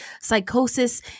psychosis